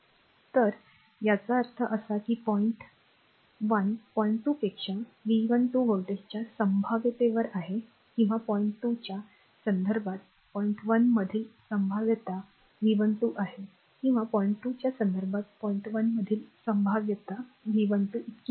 तर याचा अर्थ असा की पॉईंट 1 पॉईंट 2 पेक्षा V12 व्होल्टच्या संभाव्यतेवर आहे किंवा पॉईंट 2 च्या संदर्भात पॉईंट 1 मधील संभाव्यता V12 आहे किंवा पॉईंट 2 च्या संदर्भात पॉईंट 1 मधील संभाव्य V12 इतकी सोपी आहे